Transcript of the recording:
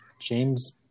James